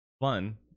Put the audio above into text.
fun